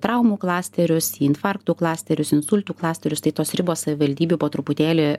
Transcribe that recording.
traumų klasterius į infarktų klasterius į insultų klasterius tai tos ribos savivaldybių po truputėlį